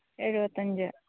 എഴുപത്തി അഞ്ച്